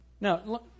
Now